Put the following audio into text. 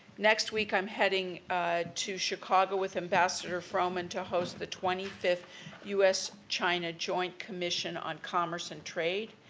next week i'm heading to chicago with ambassador froman to host the twenty fifth u s china joint commission on commerce and trade.